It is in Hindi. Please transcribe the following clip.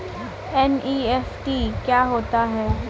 एन.ई.एफ.टी क्या होता है?